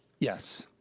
yes.